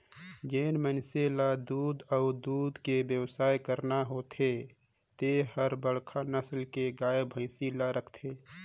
जेन मइनसे ल दूद अउ दूद के बेवसाय करना होथे ते हर बड़खा नसल के गाय, भइसी ल राखथे